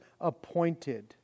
appointed